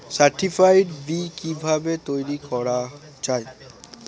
Certified বি কিভাবে তৈরি করা যায়?